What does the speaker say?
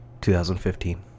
2015